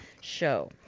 show